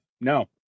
No